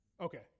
Okay